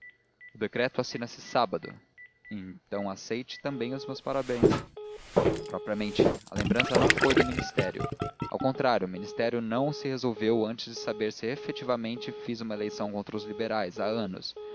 o decreto assina se sábado então aceite também os meus parabéns propriamente a lembrança não foi do ministério ao contrário o ministério não se resolveu antes de saber se efetivamente fiz uma eleição contra os liberais há anos